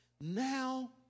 Now